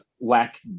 lack